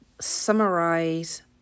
summarize